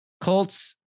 Colts